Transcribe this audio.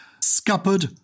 Scuppered